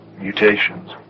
mutations